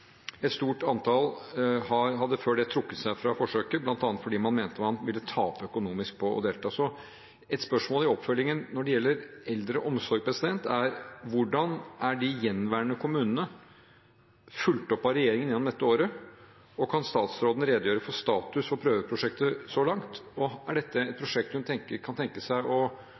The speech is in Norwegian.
Et stort antall hadde før det trukket seg fra forsøket, bl.a. fordi man mente man ville tape økonomisk på å delta. Så et spørsmål i oppfølgingen når det gjelder eldreomsorg, er: Hvordan er de gjenværende kommunene fulgt opp av regjeringen gjennom dette året? Kan statsråden redegjøre for status for prøveprosjektet så langt? Og er dette et prosjekt hun kan tenke seg